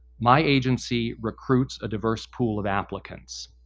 my agency recruits a diverse pool of applicants.